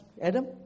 Adam